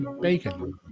Bacon